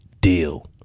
deal